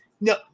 No